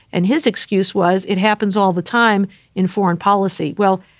and his excuse was it happens all the time in foreign policy. well,